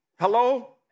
Hello